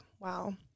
wow